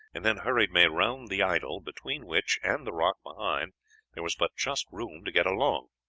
and then hurried may round the idol, between which and the rock behind there was but just room to get along.